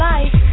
Life